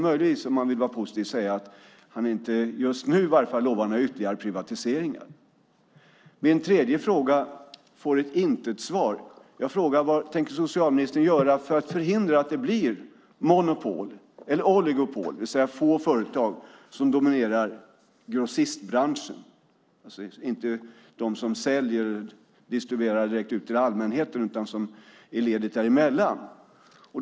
Möjligtvis, om man vill vara positiv, kan man dock säga att han i varje fall just nu inte lovar några ytterligare privatiseringar. Min tredje fråga får ett icke-svar. Jag frågade vad socialministern tänker göra för att förhindra att det blir monopol eller oligopol, det vill säga få företag som dominerar grossistbranschen. Det är alltså inte de som distribuerar direkt till allmänheten utan ledet dessförinnan.